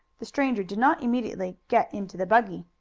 the stranger did not immediately get into the buggy.